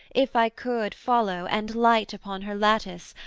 if i could follow, and light upon her lattice,